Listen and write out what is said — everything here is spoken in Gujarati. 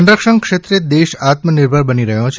સંરક્ષણ ક્ષેત્રે દેશ આત્મનિર્ભર બની રહ્યો છે